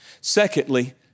Secondly